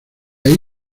ahí